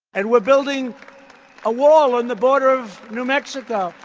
and we're building a wall on the border of new mexico.